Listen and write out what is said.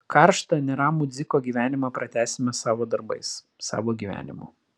karštą neramų dziko gyvenimą pratęsime savo darbais savo gyvenimu